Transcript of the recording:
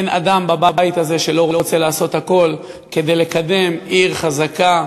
ואין אדם בבית הזה שלא רוצה לעשות הכול כדי לקדם עיר חזקה,